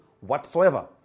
whatsoever